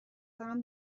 دارم